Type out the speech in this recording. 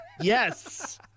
yes